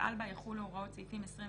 שתפעל בה יחולו הוראות סעיפים 21,